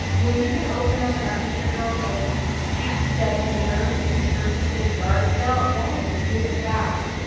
when you can open up an dart material like at seven years, that you purchased at a yard sale. that is a good sign.